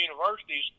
universities